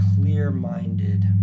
clear-minded